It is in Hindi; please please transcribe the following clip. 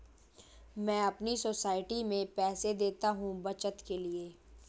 मैं अपने सोसाइटी में पैसे देता हूं बचत के लिए